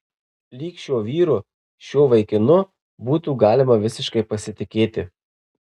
lyg šiuo vyru šiuo vaikinu būtų galima visiškai pasitikėti